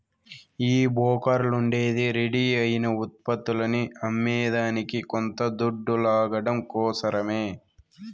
ఈ బోకర్లుండేదే రెడీ అయిన ఉత్పత్తులని అమ్మేదానికి కొంత దొడ్డు లాగడం కోసరమే